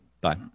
Bye